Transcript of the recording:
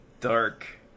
dark